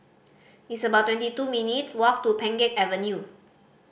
it's about twenty two minutes' walk to Pheng Geck Avenue